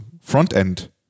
front-end